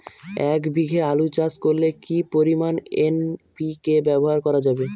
এক বিঘে আলু চাষ করলে কি পরিমাণ এন.পি.কে ব্যবহার করা যাবে?